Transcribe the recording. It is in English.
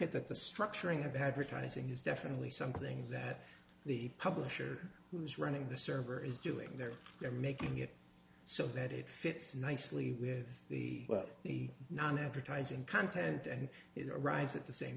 it that the structuring of advertising is definitely something that the publisher who's running the server is doing there are making it so that it fits nicely with the the non advertising content and it arrives at the same